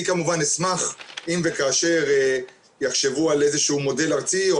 אם וכאשר יחשבו על איזשהו מודל ארצי או